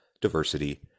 diversity